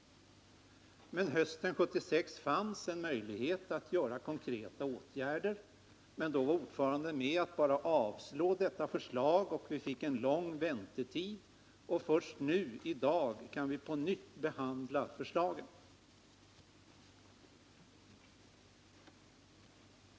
Hösten 1976 fanns en möjlighet att vidta konkreta åtgärder, men då var utskottets ordförande med om att bara avslå detta förslag, och vi fick en lång väntetid. Först i dag kan vi på nytt behandla förslaget.